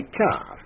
car